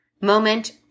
moment